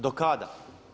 Do kada?